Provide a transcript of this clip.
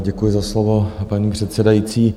Děkuji za slovo, paní předsedající.